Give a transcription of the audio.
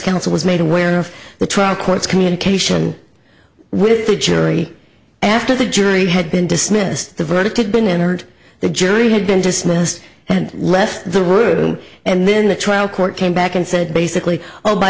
counsel was made aware of the trial court's communication with the jury after the jury had been dismissed the verdict had been entered the jury had been dismissed and left the room and then the trial court came back and said basically oh by